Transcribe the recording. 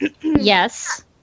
Yes